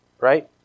Right